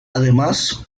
además